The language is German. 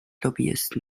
lobbyisten